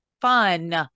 Fun